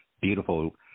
beautiful